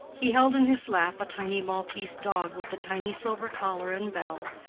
he held in his lap a tiny maltese dog with a tiny silver collar and bell,